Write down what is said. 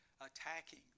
attacking